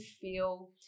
feel